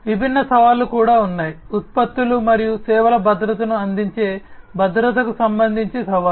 విభిన్న సవాళ్లు కూడా ఉన్నాయి ఉత్పత్తులు మరియు సేవల భద్రతను అందించే భద్రతకు సంబంధించి సవాళ్లు